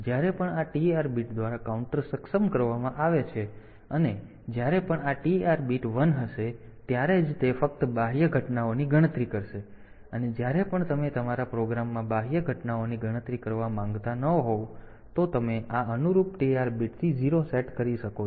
તેથી જ્યારે પણ આ TR બીટ દ્વારા આ કાઉન્ટર સક્ષમ કરવામાં આવે છે અને જ્યારે પણ આ TR બીટ 1 હશે ત્યારે જ તે ફક્ત બાહ્ય ઘટનાઓની ગણતરી કરશે અને જ્યારે પણ તમે તમારા પ્રોગ્રામમાં બાહ્ય ઘટનાઓની ગણતરી કરવા માંગતા ન હોવ તો તમે આ અનુરૂપ TR બીટ થી 0 સેટ કરી શકો છો